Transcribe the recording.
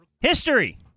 History